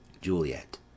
Juliet